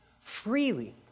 freely